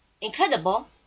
Incredible